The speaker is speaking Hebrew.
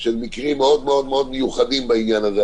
של מקרים מאוד מאוד מאוד מיוחדים בעניין הזה,